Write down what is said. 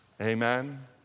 Amen